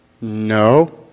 No